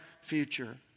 future